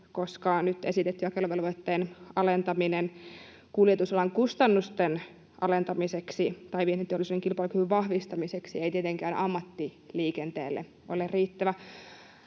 koska nyt esitetty jakeluvelvoitteen alentaminen kuljetusalan kustannusten alentamiseksi tai vientiteollisuuden kilpailukyvyn vahvistamiseksi ei tietenkään ammattiliikenteelle ole riittävä.